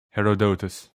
herodotus